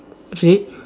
it's red